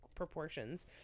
proportions